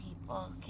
people